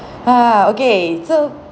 ah okay so